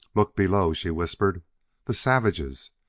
look below, she whispered the savages!